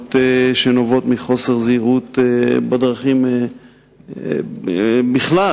תאונות שנובעות מחוסר זהירות בדרכים בכלל.